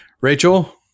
Rachel